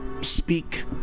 Speak